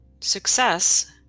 Success